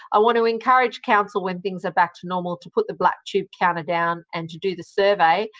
i want to encourage council, when things are back to normal, to put the black tube counter down and to do the survey.